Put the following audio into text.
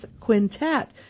Quintet